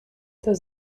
does